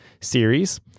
series